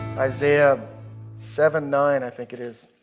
isaiah seven nine, i think it is.